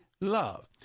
love